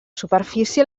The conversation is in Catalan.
superfície